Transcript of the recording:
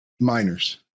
minors